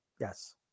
Yes